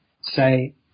say